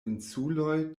insuloj